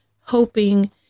hoping